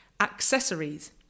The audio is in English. accessories